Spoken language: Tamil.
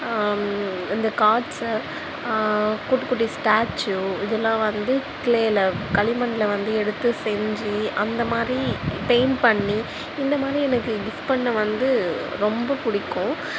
இந்த கார்ட்ஸு குட்டி குட்டி ஸ்டாச்சு இதெலாம் வந்து க்ளேயில் களி மண்ணில் வந்து எடுத்து செஞ்சு அந்த மாதிரி பெயிண்ட் பண்ணி இந்த மாதிரி எனக்கு கிஃப்ட் பண்ண வந்து ரொம்ப பிடிக்கும்